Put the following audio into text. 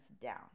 down